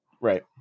right